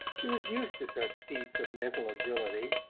she was used to such feats of mental agility,